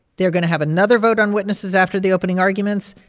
they're going to have another vote on witnesses after the opening arguments.